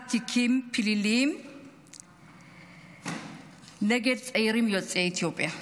תיקים פליליים נגד צעירים יוצאי אתיופיה.